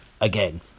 again